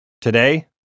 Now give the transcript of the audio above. Today